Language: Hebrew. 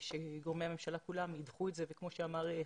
ושגורמי הממשלה כולם ידחו את זה וכמו שאמר חברי,